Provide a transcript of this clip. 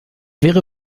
wäre